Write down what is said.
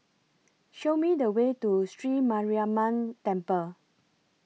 Show Me The Way to Sri Mariamman Temple